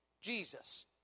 Jesus